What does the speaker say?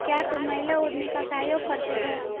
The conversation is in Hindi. क्या तुम महिला उद्यमी का सहयोग करते हो?